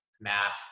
math